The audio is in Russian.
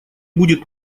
будет